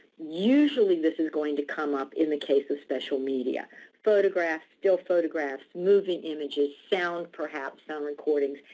usually this is going to come up in the case of special media photographs, still photographs, moving images, sound perhaps, sound recordings,